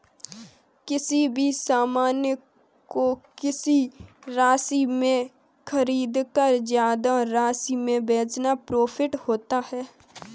किसी भी सामान को किसी राशि में खरीदकर ज्यादा राशि में बेचना प्रॉफिट होता है